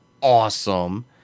awesome